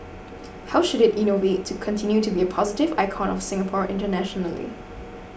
how should it innovate to continue to be a positive icon of Singapore internationally